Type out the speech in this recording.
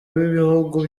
w’ibihugu